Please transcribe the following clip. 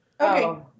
Okay